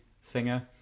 singer